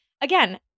again